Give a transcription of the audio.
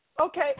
Okay